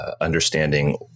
understanding